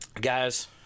guys